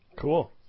Cool